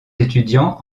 étudiant